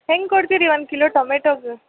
ಹೆಂಗೆ ಕೊಡ್ತೀರಿ ಒಂದು ಕಿಲೋ ಟೊಮೆಟೊಗೆ